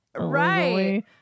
right